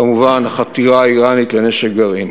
כמובן, החתירה האיראנית לנשק גרעיני.